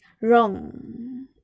wrong